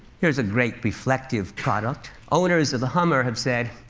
here's a great reflective product. owners of the hummer have said,